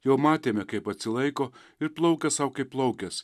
jau matėme kaip atsilaiko ir plaukia sau kaip plaukęs